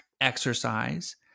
exercise